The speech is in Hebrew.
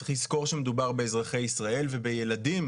צריך לזכור שמדובר באזרחי ישראל ובילדים